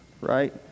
right